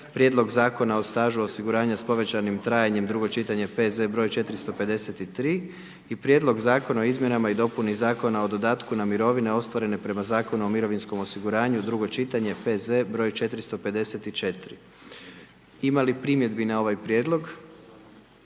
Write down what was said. Prijedlog Zakona o stažu osiguranja s povećanim trajanjem, drugo čitanje, P.Z. broj 453 i - Konačni Prijedlog Zakona o izmjenama i dopuni Zakona o dodatku na mirovine ostvarene prema Zakonu o mirovinskom osiguranju, drugo čitanje, P.Z. broj 454. Ima li primjedbi na ovaj Prijedlog?